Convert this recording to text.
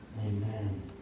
Amen